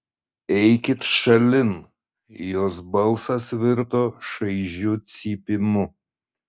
eikit šalin jos balsas virto šaižiu cypimu